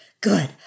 good